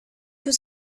was